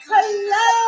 Hello